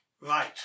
Right